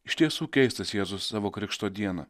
iš tiesų keistas jėzus savo krikšto dieną